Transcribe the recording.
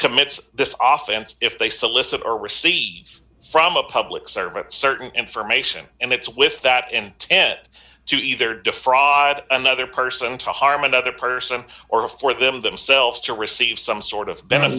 commits this off and if they solicit or receive from a public servant certain information and it's with that intent to either defraud another person to harm another person or for them themselves to receive some sort of be